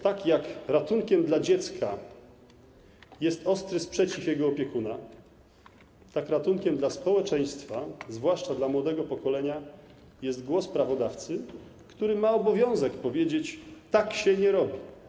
Tak jak ratunkiem dla dziecka jest ostry sprzeciw jego opiekuna, tak ratunkiem dla społeczeństwa, zwłaszcza dla młodego pokolenia, jest głos prawodawcy, który ma obowiązek powiedzieć: tak się nie robi.